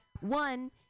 One